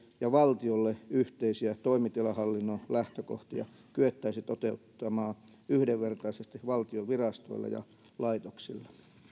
ja valtiolle yhteisiä toimitilahallinnon lähtökohtia kyettäisi toteuttamaan yhdenvertaisesti valtion virastoille ja laitoksille